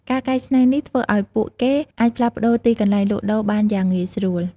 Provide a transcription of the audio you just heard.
ការកែច្នៃនេះ ធ្វើឱ្យពួកគេអាចផ្លាស់ប្តូរទីកន្លែងលក់ដូរបានយ៉ាងងាយស្រួល។